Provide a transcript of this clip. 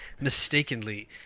mistakenly